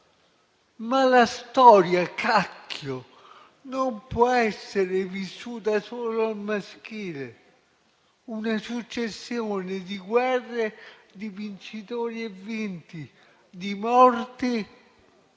Ma la storia - cacchio! - non può essere vissuta solo al maschile: una successione di guerre, di vincitori e vinti e di morti;